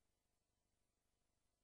זה השם,